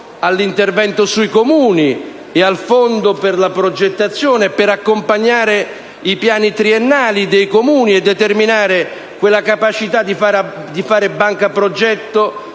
all'intervento sui Comuni e al Fondo per la progettazione per accompagnare i piani triennali dei Comuni, determinando quella capacità di fare banca-progetto